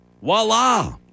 voila